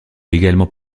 légalement